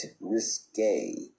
risque